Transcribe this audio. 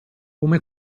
come